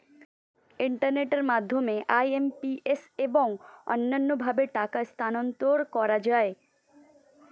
ইন্টারনেটের মাধ্যমে আই.এম.পি.এস এবং অন্যান্য ভাবে টাকা স্থানান্তর করা যায়